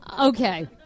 Okay